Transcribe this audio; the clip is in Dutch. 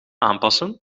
aanpassen